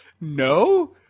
No